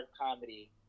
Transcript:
comedy